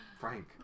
Frank